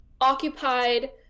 occupied